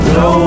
no